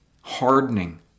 hardening